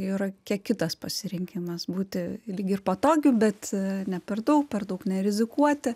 yra kiek kitas pasirinkimas būti lyg ir patogiu bet ne per daug per daug nerizikuoti